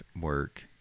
work